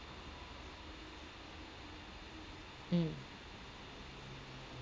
mm